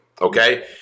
Okay